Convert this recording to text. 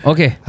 Okay